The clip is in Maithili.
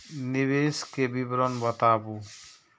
निवेश के विवरण बताबू?